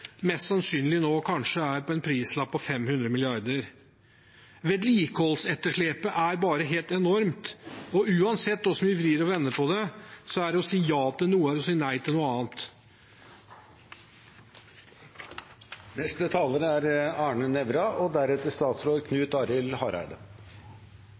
nå mest sannsynlig har en prislapp på 500 mrd. kr. Vedlikeholdsetterslepet er bare helt enormt, og uansett hvordan vi vrir og vender på det, er det å si ja til noe å si nei til noe annet. Jeg takker for kloke ord fra siste taler.